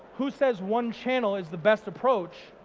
who says one channel is the best approach